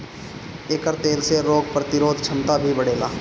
एकर तेल से रोग प्रतिरोधक क्षमता भी बढ़ेला